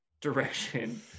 direction